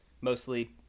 mostly